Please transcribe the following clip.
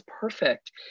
perfect